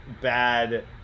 Bad